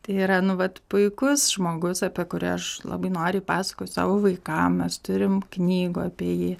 tai yra nu vat puikus žmogus apie kurį aš labai noriai pasakoju savo vaikam mes turim knygų apie jį